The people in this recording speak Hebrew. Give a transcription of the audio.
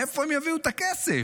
מאיפה הם יביאו את הכסף?